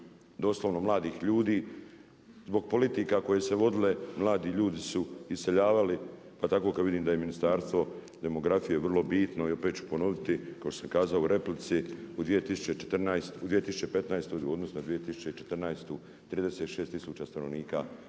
doslovno mladih ljudi zbog politika koje su se vodile mladi ljudi su iseljavali pa tako kad vidim da je ministarstvo demografije vrlo bitno i opet ću ponoviti kao što sam kazao u replici u 2015. u odnosu na 2014. 36000 stanovnika